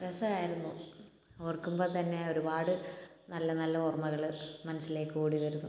രസമായിരുന്നു ഓർക്കുമ്പോൾ തന്നെ ഒരുപാട് നല്ല നല്ല ഓർമ്മകൾ മനസ്സിലേക്ക് ഓടി വരുന്നു